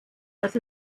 dass